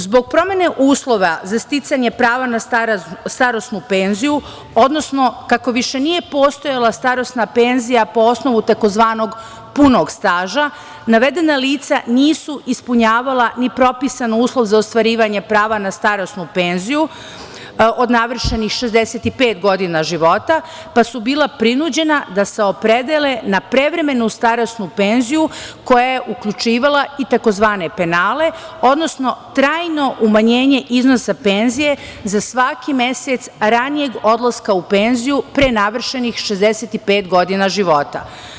Zbog promene uslova za sticanje prava na starosnu penziju, odnosno kako više nije postojala starosna penzija po osnovu tzv. punog staža, navedena lica nisu ispunjavala ni propisan uslov za ostvarivanje prava na starosnu penziju od navršenih 65 godina života, pa su bila prinuđena da se opredele na prevremenu starosnu penziju, koja je uključivala i tzv. penale, odnosno trajno umanjenje iznosa penzije za svaki mesec ranijeg odlaska u penziju pre navršenih 65 godina života.